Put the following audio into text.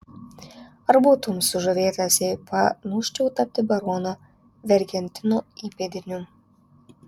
ar būtum sužavėtas jei panūsčiau tapti barono vergentino įpėdiniu